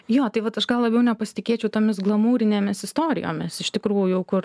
jo tai vat aš gal labiau nepasitikėčiau tomis glamūrinėmis istorijomis iš tikrųjų kur